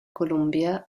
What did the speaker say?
columbia